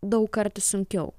daug kartų sunkiau